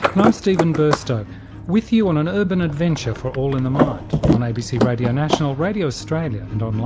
and i'm stephen burstow with you on an urban adventure for all in the mind on abc radio national, radio australia and